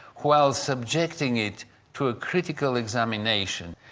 while subjecting it to a critical examination.